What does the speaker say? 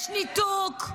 יש ניתוק.